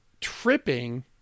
tripping